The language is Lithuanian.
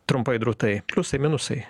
trumpai drūtai pliusai minusai